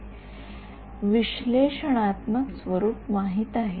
विद्यार्थी तो आहे विश्लेषणात्मक स्वरूप माहित आहे